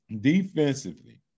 Defensively